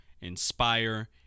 inspire